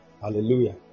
Hallelujah